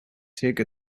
take